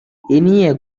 இனிய